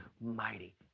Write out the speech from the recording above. mighty